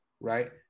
right